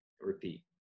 repeat